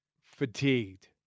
fatigued